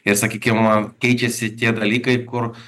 ir sakykim keičiasi tie dalykai kur